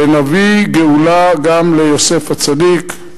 ונביא גאולה גם ליוסף הצדיק,